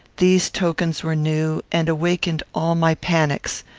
these tokens were new, and awakened all my panics.